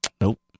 Nope